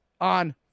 on